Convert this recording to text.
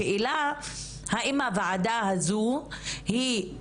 השאלה האם הוועדה הזו היא,